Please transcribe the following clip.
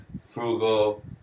Frugal